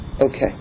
Okay